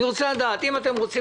אני רוצה לדעת, האם אתם רוצים